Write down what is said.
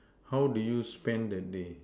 how do you spend the day